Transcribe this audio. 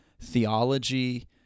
theology